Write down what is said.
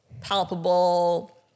palpable